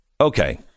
Okay